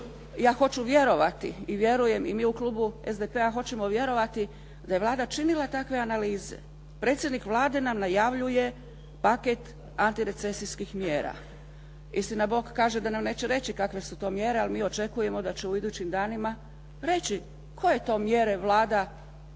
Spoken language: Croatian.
ja hoću vjerovati i vjerujem i mi u klubu SDP-a hoćemo vjerovati da je Vlada činila takve analize. Predsjednik Vlade nam najavljuje paket antirecesijskih mjera. Istina bog, kaže da nam neće reći kakve su to mjere, ali mi očekujemo da će u idućim danima reći koje to mjere Vlada u